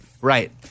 Right